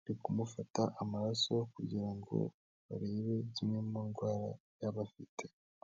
bari kumufata amaraso kugira ngo barebe zimwe mu ndwara yaba afite.